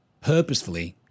purposefully